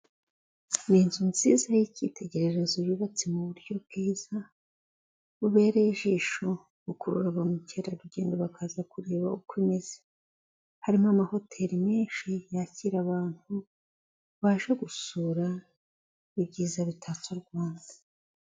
Ni inzu nziza y'icyitegererezo, yubatse mu buryo bwiza, bubereye ijisho, bukurura ba mukerarugendo, bakaza kureba uko imeze, harimo amahoteri menshi yakira abantu, baje gusura, ibyiza bitatse u Rwanda.